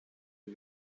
del